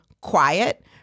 quiet